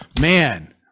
man